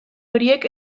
horiek